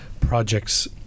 projects